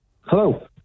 Hello